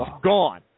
gone